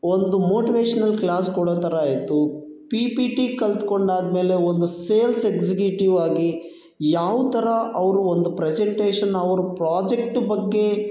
ಒಂದು motivational class ಕೊಡೋ ಥರ ಇತ್ತು ಪಿ ಪಿ ಟಿ ಕಲಿತ್ಕೊಂಡಾದ್ಮೇಲೆ ಒಂದು ಸೇಲ್ಸ್ ಎಕ್ಸಿಕ್ಯೂಟಿವ್ ಆಗಿ ಯಾವ ಥರ ಅವರು ಒಂದು ಪ್ರೆಸೆಂಟೇಷನ್ ಅವ್ರ ಪ್ರಾಜೆಕ್ಟ್ ಬಗ್ಗೆ